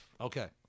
Okay